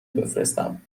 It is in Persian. بفرستم